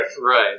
Right